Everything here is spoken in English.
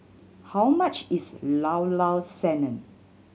how much is Llao Llao Sanum